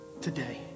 today